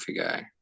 guy